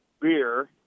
beer